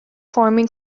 forming